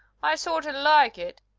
i sorter like it.